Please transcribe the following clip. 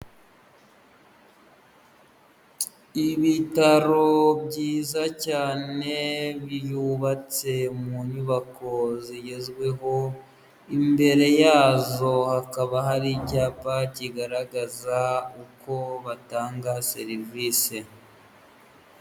Ibitaro byiza cyane byubatse mu nyubako zigezweho, imbere yazo hakaba hari icyapa kigaragaza uko batanga serivisi.